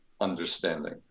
understanding